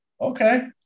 Okay